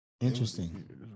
Interesting